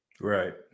right